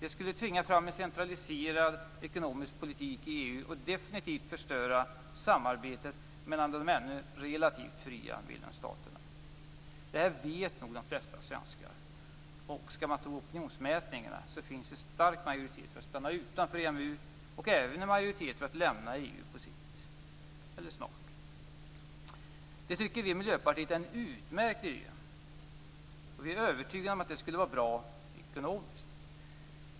Det skulle tvinga fram en centraliserad ekonomisk politik i EU och definitivt förstöra samarbetet mellan de ännu relativt fria medlemsstaterna. Det här vet nog de flesta svenskar. Skall man tro opinionsmätningarna finns det en stark majoritet för att stanna utanför EMU och även en majoritet för att lämna EU på sikt, eller snart. Det tycker vi i Miljöpartiet är en utmärkt idé.